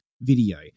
video